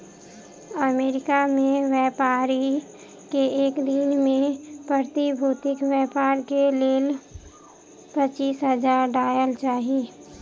America में व्यापारी के एक दिन में प्रतिभूतिक व्यापार के लेल पचीस हजार डॉलर चाही